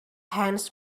hands